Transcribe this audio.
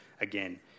again